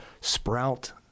sprout